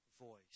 voice